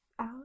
Out